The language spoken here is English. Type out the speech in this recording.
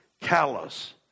Callous